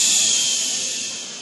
ששש.